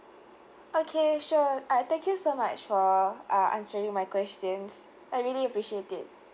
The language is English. okay sure uh thank you so much for uh answering my questions I really appreciate it